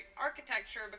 architecture